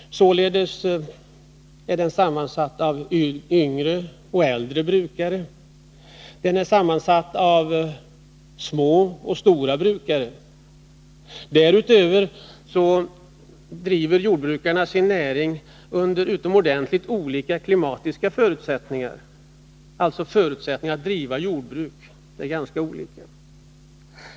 Således är den sammansatt av både yngre och äldre brukare, av små och stora brukare. Därutöver driver jordbrukarna sin näring under utomordentligt olika klimatiska förutsättningar — förutsättningarna att driva jordbruk är alltså ganska olika.